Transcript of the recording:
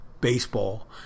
baseball